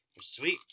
Sweet